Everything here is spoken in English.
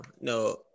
no